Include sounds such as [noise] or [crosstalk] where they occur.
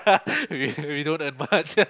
[laughs] we we don't earn much yeah